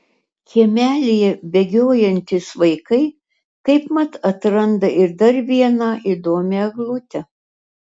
kiemelyje bėgiojantys vaikai kaip mat atranda ir dar vieną įdomią eglutę